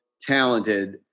talented